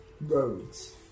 Roads